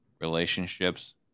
Relationships